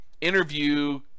Interview